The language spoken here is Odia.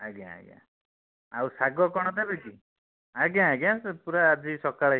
ଆଜ୍ଞା ଆଜ୍ଞା ଆଉ ଶାଗ କ'ଣ ନେବେକି ଆଜ୍ଞା ଆଜ୍ଞା ସେ ପୁରା ଆଜି ସକାଳେ ଆଜ୍ଞା